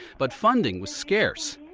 but funding was scarce.